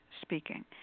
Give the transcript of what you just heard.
speaking